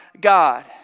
God